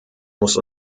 muss